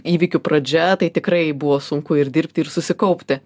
įvykių pradžia tai tikrai buvo sunku ir dirbti ir susikaupti